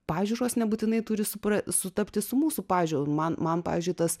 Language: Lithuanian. pažiūros nebūtinai turi supra sutapti su mūsų pažiūrom man man pavyzdžiui tas